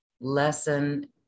lesson